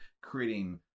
creating